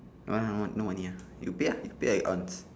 that one no no money ah you pay ah you pay I on